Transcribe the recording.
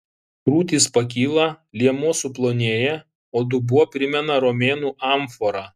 krūtys pakyla liemuo suplonėja o dubuo primena romėnų amforą